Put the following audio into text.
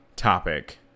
topic